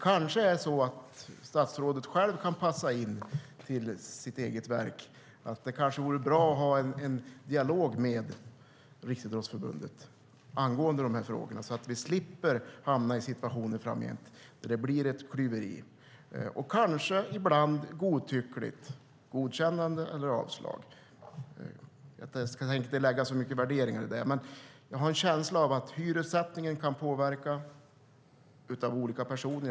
Kanske är det så att statsrådet själv kan passa in till sitt eget verk att det vore bra att ha en dialog med Riksidrottsförbundet angående de frågor så att vi slipper att framgent hamna i situationer där det blir ett klyveri. Det är kanske ibland godtyckligt om det blir godkännande eller avslag. Jag tänker inte lägga så mycket värderingar i det. Jag har en känsla av att hyressättningen kan påverkas av olika personer.